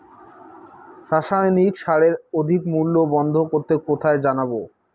রাসায়নিক সারের অধিক মূল্য বন্ধ করতে কোথায় জানাবো?